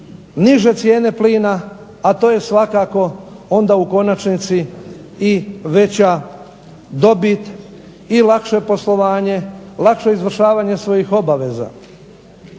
niže cijene plina, a to je svakako onda u konačnici i veća dobit i lakše poslovanje, lakše izvršavanje svojih obaveza.